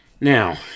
Now